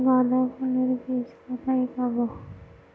গাঁদা ফুলের বীজ কোথায় পাবো?